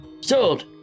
Sold